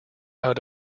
out